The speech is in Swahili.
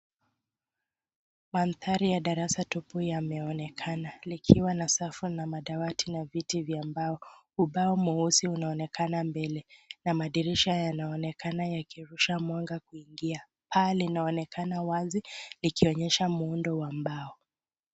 Madhari ya darasa tupu yameoekana, likiwa na safu na madawati na viti vya mbao, ubao mweusi unaonekana mbele, na madirisha yanaonekana yakirusha mwanga kuingia. Paa linaonekana wazi likionyesha muundo wa mbao.